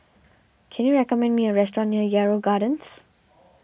can you recommend me a restaurant near Yarrow Gardens